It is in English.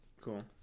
cool